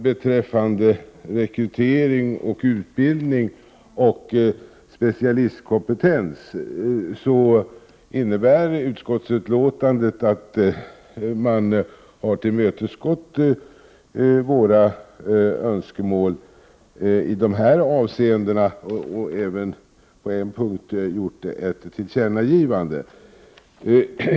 Beträffande rekrytering, utbildning och specialistkompetens har man i utskottsutlåtandet tillmötesgått våra önskemål. På en punkt föreslår man även ett tillkännagivande.